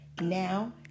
Now